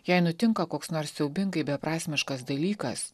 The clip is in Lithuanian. jei nutinka koks nors siaubingai beprasmiškas dalykas